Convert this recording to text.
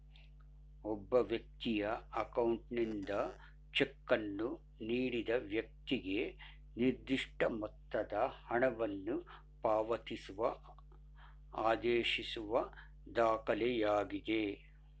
ಒಬ್ಬ ವ್ಯಕ್ತಿಯ ಅಕೌಂಟ್ನಿಂದ ಚೆಕ್ ಅನ್ನು ನೀಡಿದ ವೈಕ್ತಿಗೆ ನಿರ್ದಿಷ್ಟ ಮೊತ್ತದ ಹಣವನ್ನು ಪಾವತಿಸುವ ಆದೇಶಿಸುವ ದಾಖಲೆಯಾಗಿದೆ